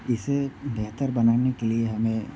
इसे बेहतर बनाने के लिऐ हमें